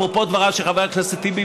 אפרופו דבריו של חבר הכנסת טיבי,